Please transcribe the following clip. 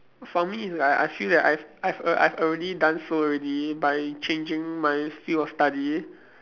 for me it's like I feel that I've I've a I've already done so already by changing my field of study